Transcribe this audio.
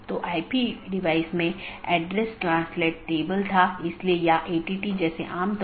इन विशेषताओं को अनदेखा किया जा सकता है और पारित नहीं किया जा सकता है